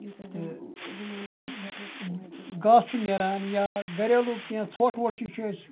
گاسہٕ چھُ نیران یا گَریلوٗ کینٛہہ ژھۄٹھ وۄٹھ چھِ یہِ چھُ أسۍ